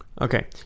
Okay